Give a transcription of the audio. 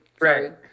right